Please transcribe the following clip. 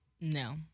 No